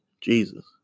jesus